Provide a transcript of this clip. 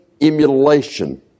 emulation